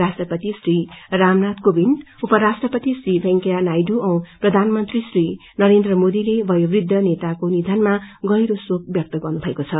राष्ट्रपति श्री रामनाथ काविन्द उपराष्ट्रपति श्री वेकैया नायडू औ प्रधानमंत्री श्री नरेन्द्र मोदीले वयोवृद्ध नेताको निधनामा गहिरो शोक व्यक्त गर्नुभएको छ